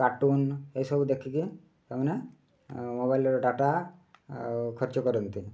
cartoon ଏସବୁ ଦେଖିକି ସେମାନେ ମୋବାଇଲ୍ର ଡାଟା ଖର୍ଚ୍ଚ କରନ୍ତି